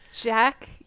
Jack